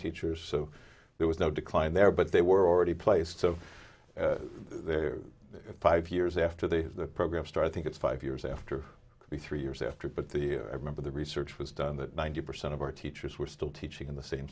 teachers so there was no decline there but they were already placed so there five years after they have the program started think it's five years after three years after but the i remember the research was done that ninety percent of our teachers were still teaching in the same